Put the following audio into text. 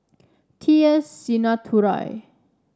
T S Sinnathuray